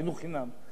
חינוך חינם.